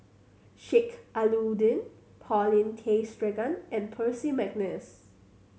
Sheik Alau'ddin Paulin Tay Straughan and Percy McNeice